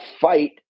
fight